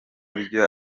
byo